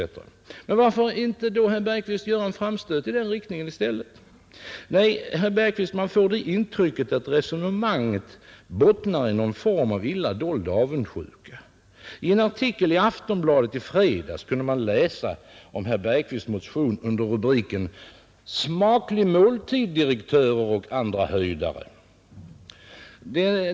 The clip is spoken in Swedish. Men varför inte då, herr Bergqvist, göra en framstöt i den riktningen i stället? Nej, herr Bergqvist, man får det intrycket att resonemanget bottnar i någon form av illa dold avundsjuka. I en artikel i Aftonbladet i fredags kunde man läsa om herr Bergqvists motion under rubriken ”Smaklig måltid direktörer och andra höjdare”.